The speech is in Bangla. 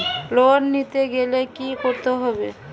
লোন নিতে গেলে কি করতে হবে?